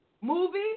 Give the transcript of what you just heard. Movie